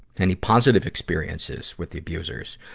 any positive experiences with the abusers?